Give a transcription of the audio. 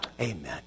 Amen